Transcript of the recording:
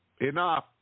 Enough